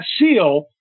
seal